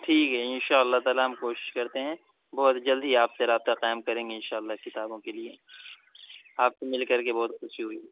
ٹھیک ہے ان شاء اللہ تعالیٰ ہم کوشش کرتے ہیں بہت جلدی آپ سے رابطہ قائم کریں گے ان شاء اللہ کتابوں کے لیے آپ سے مل کر کے بہت خوشی ہوئی